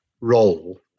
role